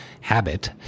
habit